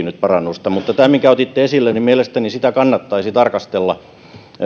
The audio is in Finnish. nyt parannusta mutta tätä minkä otitte esille mielestäni kannattaisi tarkastella